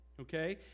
okay